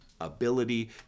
ability